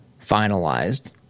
finalized